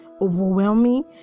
overwhelming